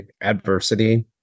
adversity